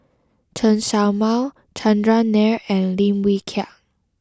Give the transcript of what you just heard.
Chen Show Mao Chandran Nair and Lim Wee Kiak